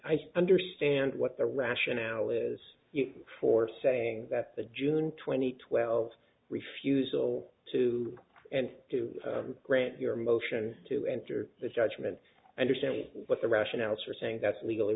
understand what the rationale is for saying that the june twenty twelve refusal to and to grant your motion to enter that judgment anderson what the rationale for saying that legally